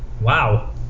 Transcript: Wow